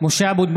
(קורא בשמות חברי הכנסת) משה אבוטבול,